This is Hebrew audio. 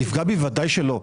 יפגע בי ודאי שלא.